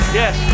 yes